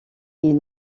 est